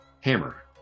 Hammer